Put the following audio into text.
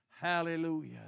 Hallelujah